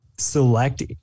select